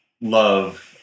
love